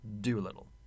Doolittle